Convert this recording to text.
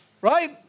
right